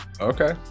Okay